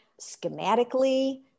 schematically